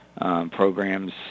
programs